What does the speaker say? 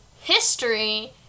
history